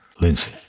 Lindsay